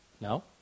no